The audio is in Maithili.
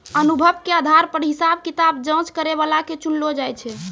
अनुभव के आधार पर हिसाब किताब जांच करै बला के चुनलो जाय छै